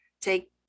Take